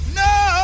no